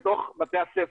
לבני נוער,